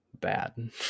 bad